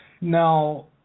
Now